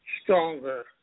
stronger